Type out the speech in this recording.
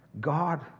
God